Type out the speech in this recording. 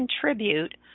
contribute